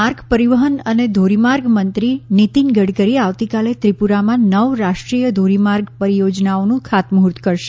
માર્ગ પરિવહન અને ધોરીમાર્ગ મંત્રી નીતિન ગડકરી આવતીકાલે ત્રિપુરામાં નવ રાષ્ટ્રીપરથોરીમાર્ગ પરિયોજનાઓનું ખાતમુહ્ર્ત કરશે